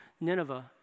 Nineveh